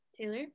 Taylor